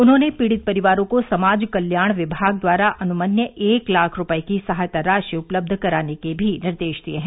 उन्होंने पीड़ित परिवारों को समाज कल्याण विभाग द्वारा अनुमन्य एक लाख रूपए की सहायता राशि उपलब्ध कराने के भी निर्देश दिए हैं